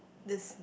this